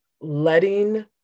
letting